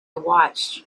watched